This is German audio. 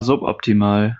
suboptimal